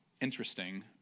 interesting